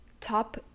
top